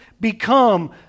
become